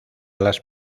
las